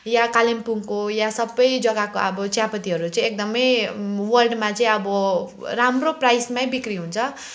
यहाँ कालिम्पोङको यहाँ सबै जग्गाको अब चियापत्तीहरू चाहिँ एकदमै वर्ल्डमा चाहिँ अब राम्रो प्राइसमै बिक्री हुन्छ